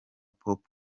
pop